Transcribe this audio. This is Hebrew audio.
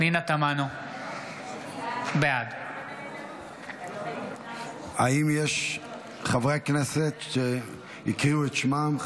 בעד האם יש חברי כנסת שהקריאו את שמם?